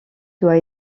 doit